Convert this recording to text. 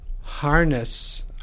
harness